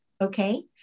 okay